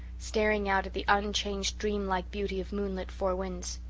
staring out at the unchanged, dream-like beauty of moonlit four winds.